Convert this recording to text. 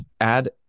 add